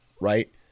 right